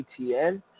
BTN